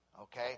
Okay